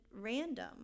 random